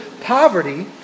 poverty